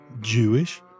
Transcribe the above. Jewish